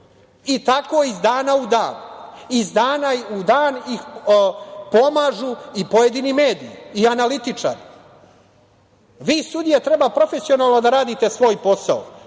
I tako iz dana u dan, iz dana u dan ih pomažu i pojedini mediji i analitičari. Vi sudije treba profesionalno da radite svoj posao.